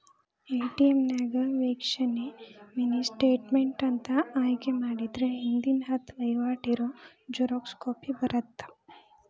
ATM ನ್ಯಾಗ ವೇಕ್ಷಣೆ mini statement ಅಂತ ಆಯ್ಕೆ ಮಾಡಿದ್ರ ಹಿಂದಿನ ಹತ್ತ ವಹಿವಾಟ್ ಇರೋ ಜೆರಾಕ್ಸ್ ಕಾಪಿ ಬರತ್ತಾ